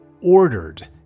ordered